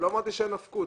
אמרתי שאין נפקות.